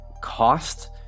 cost